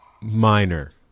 minor